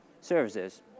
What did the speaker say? services